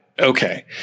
Okay